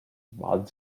but